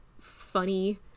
funny